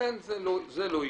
לכן, זה לא יקרה.